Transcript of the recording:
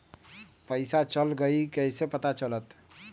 पैसा चल गयी कैसे पता चलत?